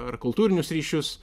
ar kultūrinius ryšius